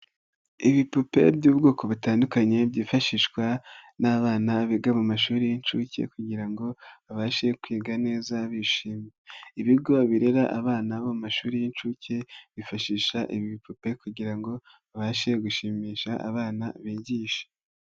Ibipupe by'ubwoko butandukanye byifashishwa n'abana biga mu mashuri y'incuke kugira ngo babashe kwiga neza. Ibigo birera abana b'amashuri y'incuke bifashisha ibipupe kugira ngo babashe gushimisha abana bigisha.